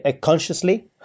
Consciously